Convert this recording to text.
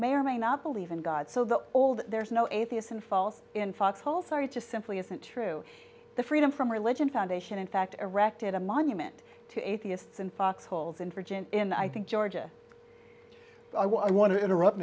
may or may not believe in god so the old there's no atheists and false in foxhole sorry just simply isn't true freedom from religion foundation in fact erected a monument to atheists in foxholes in virginia and i think georgia i want to interrupt